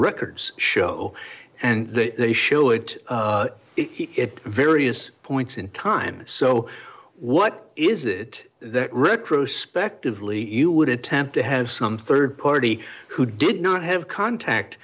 records show and the they show it it various points in time so what is it that retrospectively you would attempt to have some rd party who did not have contact